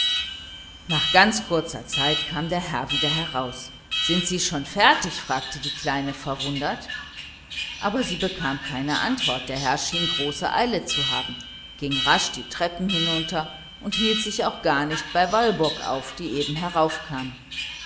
nach einer ganz kurzen weile kam der herr wieder heraus sind sie schon fertig fragte die kleine verwundert aber sie bekam keine antwort der herr schien große eile zu haben ging rasch die treppe hinunter und hielt sich auch gar nicht bei walburg auf die eben heraufkam